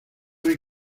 hay